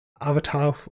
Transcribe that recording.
avatar